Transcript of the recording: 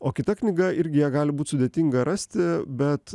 o kita knyga irgi ją gali būt sudėtinga rasti bet